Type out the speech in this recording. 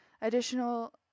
Additional